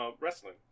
Wrestling